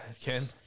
Ken